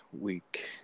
week